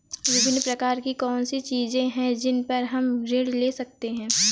विभिन्न प्रकार की कौन सी चीजें हैं जिन पर हम ऋण ले सकते हैं?